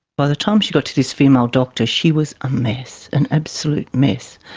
by the time she got to this female doctor she was a mess, an absolute mess,